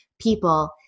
people